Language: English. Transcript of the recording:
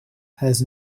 has